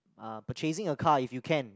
uh purchasing a car if you can